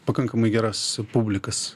pakankamai geras publikas